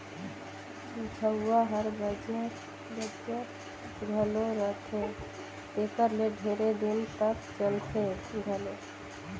झउहा हर बंजर घलो रहथे तेकर ले ढेरे दिन तक चलथे घलो